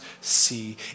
see